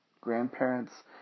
grandparents